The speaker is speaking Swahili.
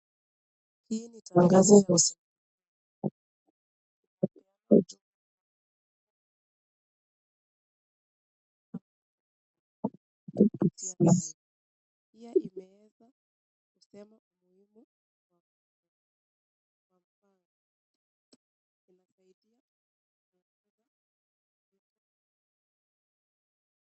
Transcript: Hii ni tangazo ya usiku. Kwa yako juu kupitia live. Pia imeweza kusema umuhimu wa kwa mfano inasaidia kwa